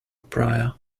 pryor